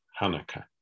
Hanukkah